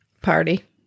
Party